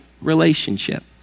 relationship